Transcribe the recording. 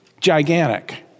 gigantic